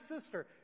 sister